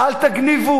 אל תגנבו